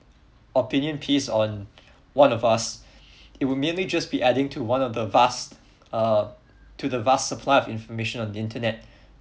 opinion piece on one of us it will mainly just be adding to one of the vast uh to the vast supply information on the internet